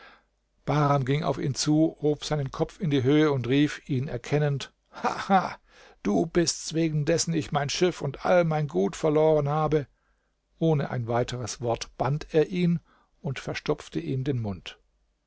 bahram ging auf ihn zu hob seinen kopf in die höhe und rief ihn erkennend ha ha du bist's wegen dessen ich mein schiff und all mein gut verloren habe ohne ein weiteres wort band er ihn und verstopfte ihm den mund